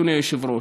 אדוני היושב-ראש,